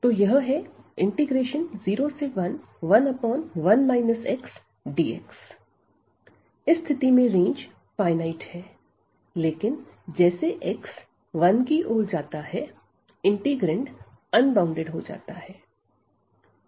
तो यह है 011dx इस स्थिति में रेंज फाइनाइट है लेकिन जैसे x 1 की ओर जाता है इंटीग्रैंड अनबॉउंडेड हो जाता है